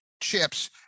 chips